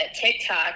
tiktok